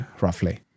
roughly